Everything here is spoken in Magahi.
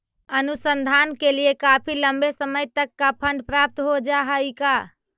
अनुसंधान के लिए काफी लंबे समय तक का फंड प्राप्त हो जा हई का